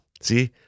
See